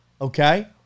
okay